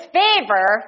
favor